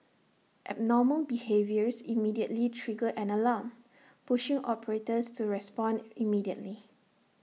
abnormal behaviours immediately trigger an alarm pushing operators to respond immediately